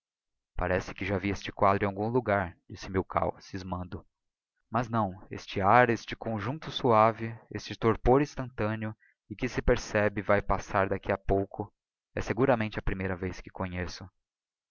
parece que já vi este quadro em algum logar disse milkau scismando mas não este ar este conjuncto suave este torpor instantâneo e que se percebe vae passar d'aqui a pouco é seguramente a primeira vez que conheço